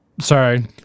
sorry